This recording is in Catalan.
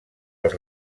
els